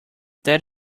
that